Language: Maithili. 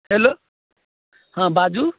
हेलो हँ बाजु